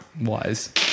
wise